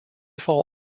fall